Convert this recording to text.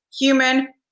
human